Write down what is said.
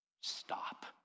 Stop